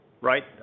right